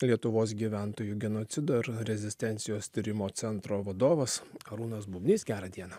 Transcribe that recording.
lietuvos gyventojų genocido ir rezistencijos tyrimo centro vadovas arūnas bubnys gerą dieną